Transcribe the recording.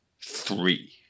three